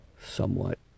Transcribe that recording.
somewhat